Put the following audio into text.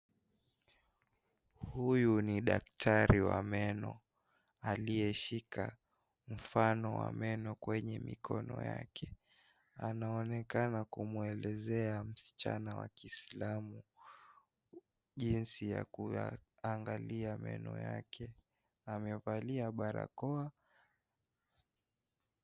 Huyu ni daktari wa meno aliyeshika mfano wa meno kwenye mikono yale. Anaonekana kumwelezea msichana wa kiislamu jinsi ya kuyaangalia meno yake, amevalia barakoa.